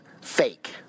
fake